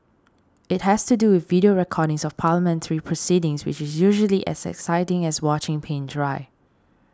it has to do with video recordings of parliamentary proceedings which is usually as exciting as watching paint dry